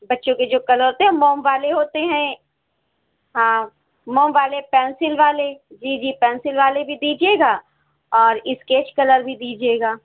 بچوں کے جو کلر ہوتے ہیں موم والے ہوتے ہیں ہاں موم والے پینسل والے جی جی پینسل والے بھی دیجیے گا اور اسکیج کلر بھی دیجیے گا